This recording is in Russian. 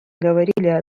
говорили